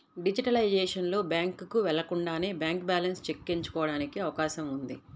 digitalisation లో, బ్యాంకుకు వెళ్లకుండానే బ్యాంక్ బ్యాలెన్స్ చెక్ ఎంచుకోవడానికి అవకాశం ఉంది